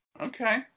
Okay